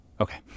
okay